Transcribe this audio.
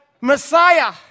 Messiah